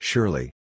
Surely